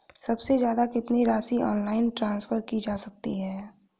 सबसे ज़्यादा कितनी राशि ऑनलाइन ट्रांसफर की जा सकती है?